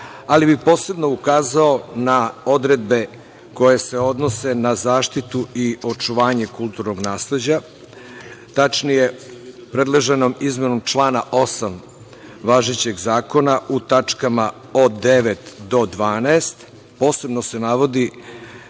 Posebno bih ukazao na odredbe koje se odnose na zaštitu i očuvanje kulturnog nasleđa, tačnije predloženom izmenom člana 8. važećeg zakona u tačkama od 9. do 12. posebno se navodi